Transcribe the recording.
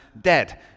dead